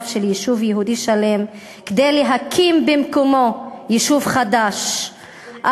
של יישוב יהודי שלם כדי להקים במקומו יישוב חדש,